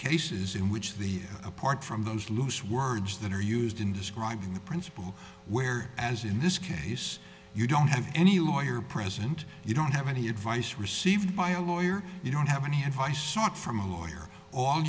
cases in which the apart from those loose words that are used in describing the principal where as in this case you don't have any lawyer present you don't have any advice received by a lawyer you don't have any advice sought from